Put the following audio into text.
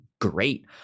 great